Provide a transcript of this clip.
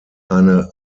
eine